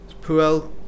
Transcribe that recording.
Puel